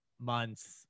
months